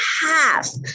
half